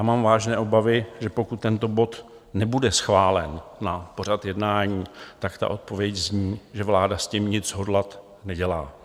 Mám vážné obavy, že pokud tento bod nebude schválen na pořad jednání, tak ta odpověď zní, že vláda s tím nic hodlat nedělá.